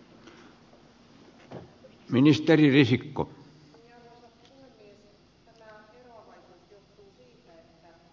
tämä eroavaisuus johtuu siitä että näille